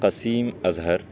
Qaseem Azhar